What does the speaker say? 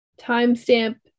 timestamp